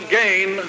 gain